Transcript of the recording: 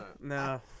No